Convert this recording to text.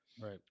right